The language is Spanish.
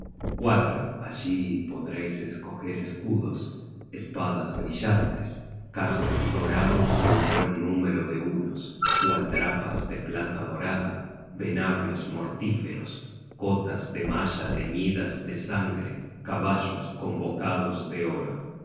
águila allí podreis escoger escudos espadas brillantes cascos dorados y un buen número de hunos gualdrapas de plata dorada venablos mortíferos cotas de malla teñidas de sangre caballos con bocados de oro